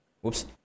whoops